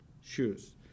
shoes